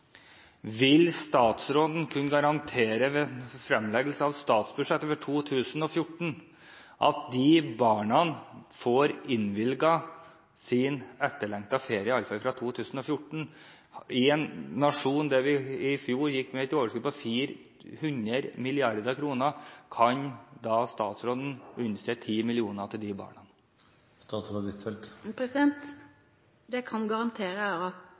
vil statsråden ved fremleggelsen av statsbudsjettet for 2014 kunne garantere at disse barna får innvilget sin etterlengtede ferie – iallfall fra 2014? I en nasjon som i fjor hadde et overskudd på 400 mrd. kr, kan statsråden unne disse barna 10 mill. kr? Det jeg kan garantere, er at